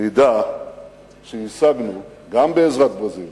נדע שהשגנו גם בעזרת ברזיל